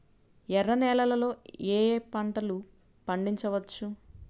ఎర్ర నేలలలో ఏయే పంటలు పండించవచ్చు?